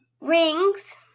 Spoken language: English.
rings